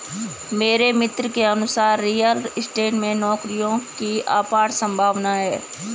मेरे मित्र के अनुसार रियल स्टेट में नौकरियों की अपार संभावना है